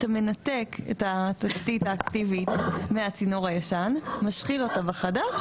אתה מנתק את התשתית האקטיבית מהצינור הישן ומשחיל אותה בחדש,